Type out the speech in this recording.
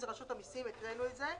זה רשות המיסים, קראנו את זה.